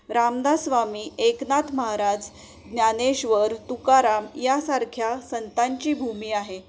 रामदास स्वामी एकनाथ महाराज ज्ञानेश्वर तुकाराम यांसारख्या संतांची भूमी आहे